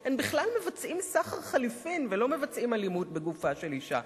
הם בכלל מבצעים סחר חליפין ולא מבצעים אלימות בגופה של אשה.